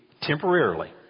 temporarily